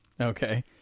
Okay